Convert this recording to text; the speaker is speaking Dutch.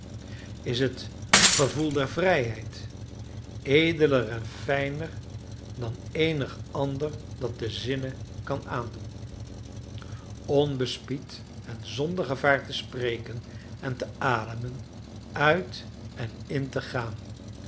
is het gevoel der vrijheid edeler en fijner dan eenig ander dat de zinnen kan aandoen onbespied en zonder gevaar te spreken en te ademen uit en in te gaan